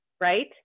right